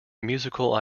musical